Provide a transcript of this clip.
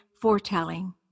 foretelling